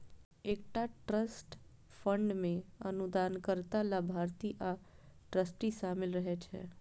एकटा trust fund मे अनुदानकर्ता, लाभार्थी आ ट्रस्टी शामिल रहै छै